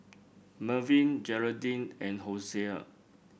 Melvyn Geraldine and Hosea